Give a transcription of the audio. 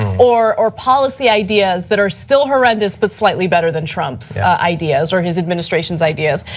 or or policy ideas that are still horrendous but slightly better than trump's ideas, or his administration's ideas.